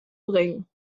bringen